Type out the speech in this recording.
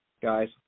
guys